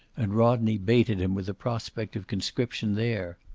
and rodney baited him with the prospect of conscription there.